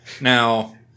Now